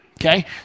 okay